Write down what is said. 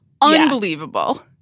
Unbelievable